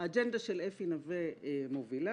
האג'נדה של אפי נווה מובילה